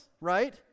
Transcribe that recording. right